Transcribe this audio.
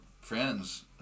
friends